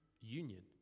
union